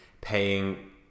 paying